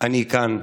אני כאן: